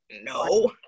no